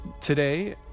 today